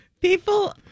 people